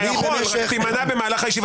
אתה יכול, רק תמנע במשך הישיבה.